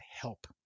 help